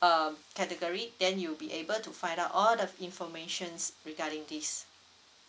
uh category then you'll be able to find out all the informations regarding this